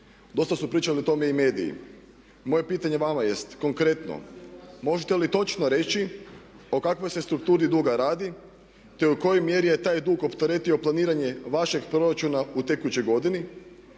Dosta su pričali o tome i mediji. Moje pitanje vama jest konkretno. Možete li točno reći o kakvoj se strukturi duga radi te o kojoj mjeri je taj dug opteretio planiranje vašeg proračuna u tekućoj godini.